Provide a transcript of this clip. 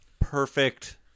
Perfect